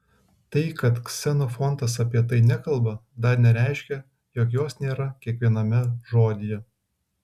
tai kad ksenofontas apie tai nekalba dar nereiškia jog jos nėra kiekviename žodyje